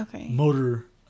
motor